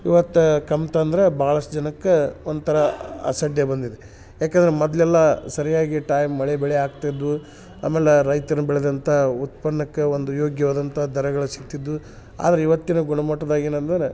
ಇವತ್ತು ಕಮ್ತ ಅಂದರೆ ಭಾಳಷ್ಟು ಜನಕ್ಕೆ ಒಂಥರಾ ಅಸಡ್ಡೆ ಬಂದಿದೆ ಯಾಕಂದರೆ ಮೊದಲೆಲ್ಲ ಸರಿಯಾಗಿ ಟೈಮ್ ಮಳೆ ಬೆಳೆ ಆಗ್ತಿದ್ವು ಆಮೇಲೆ ರೈತರು ಬೆಳೆದಂಥ ಉತ್ಪನ್ನಕ್ಕ ಒಂದು ಯೋಗ್ಯವಾದಂಥ ದರಗಳ ಸಿಗ್ತಿದ್ವು ಆದ್ರ ಇವತ್ತಿನ ಗುಣಮಟ್ದಾಗ ಏನು ಅಂದರ